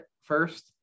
first